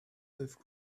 with